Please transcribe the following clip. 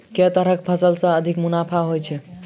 केँ तरहक फसल सऽ अधिक मुनाफा होइ छै?